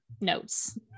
notes